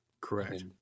Correct